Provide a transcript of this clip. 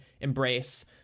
Embrace